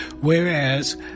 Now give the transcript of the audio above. whereas